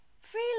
free